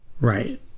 Right